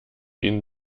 ihnen